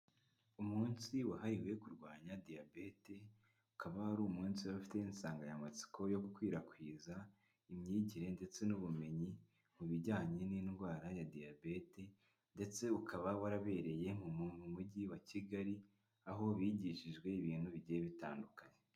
Umunsi wahariwe kurwanya diyabete, ukaba ari umunsi bafite insanganyamatsiko yo gukwirakwiza, imyigire ndetse n'ubumenyi mu bijyanye n'indwara ya diyabete, ndetse ukaba warabereye mu mujyi wa kigali aho bigishijwe ibintu bigiye bitandukanye.